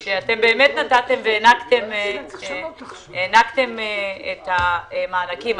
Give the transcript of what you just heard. כי אתם באמת נתתם והענקתם את המענקים.